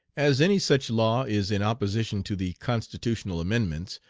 as any such law is in opposition to the constitutional amendments,